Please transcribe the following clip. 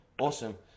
Awesome